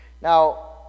Now